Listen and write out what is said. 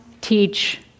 teach